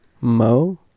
Mo